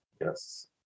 Yes